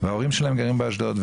וההורים שלהם גרים באשדוד,